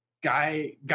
guy